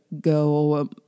go